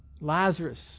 Lazarus